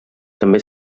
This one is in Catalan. també